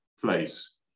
place